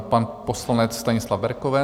Pan poslanec Stanislav Berkovec.